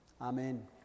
Amen